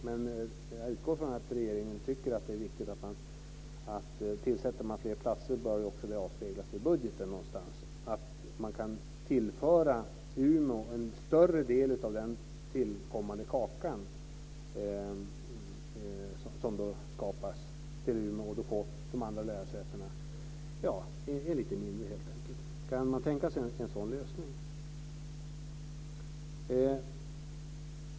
Jag utgår från att regeringen tycker att det är riktigt säga att tillsätter man fler platser bör det också avspeglas i budgeten. Då kan man tillföra Umeå en större del av den tillkommande kakan, och då får de andra lärosätena lite mindre helt enkelt. Kan man tänka sig en sådan lösning?